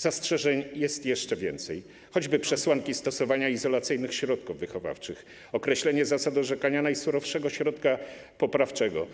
Zastrzeżeń jest jeszcze więcej, choćby przesłanki stosowania izolacyjnych środków wychowawczych, określenie zasad orzekania najsurowszego środka poprawczego,